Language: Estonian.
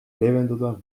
leevendada